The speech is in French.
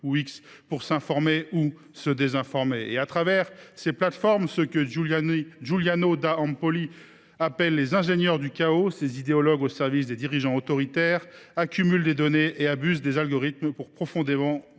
de X pour s’informer – ou se désinformer. Au travers de ces plateformes, ceux que Giuliano da Empoli appelle les « ingénieurs du chaos », ces idéologues au service des dirigeants autoritaires, accumulent des données et abusent des algorithmes pour diviser profondément